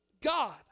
God